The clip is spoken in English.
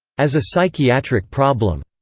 as a psychiatric problem.